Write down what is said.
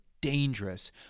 dangerous